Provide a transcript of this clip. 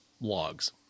logs